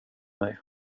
mig